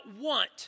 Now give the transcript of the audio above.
want